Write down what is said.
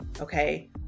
okay